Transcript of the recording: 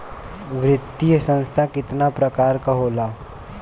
वित्तीय संस्था कितना प्रकार क होला?